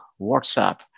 WhatsApp